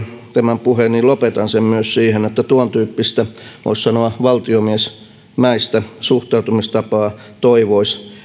tämän puheeni edustaja wallinia lopetan sen myös siihen että tuontyyppistä voisi sanoa valtiomiesmäistä suhtautumistapaa toivoisi